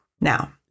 Now